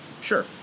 Sure